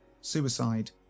Suicide